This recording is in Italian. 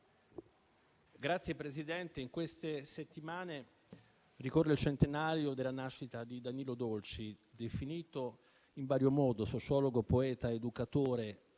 Signora Presidente, in queste settimane ricorre il centenario della nascita di Danilo Dolci, definito in vario modo sociologo, poeta, educatore, attivista